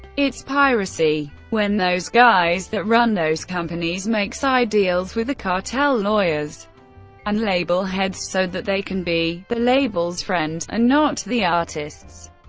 it's piracy when those guys that run those companies make side deals with the cartel lawyers and label heads so that they can be the labels friend', and not the artists.